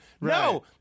No